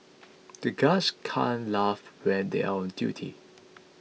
the guards can't laugh when they are on duty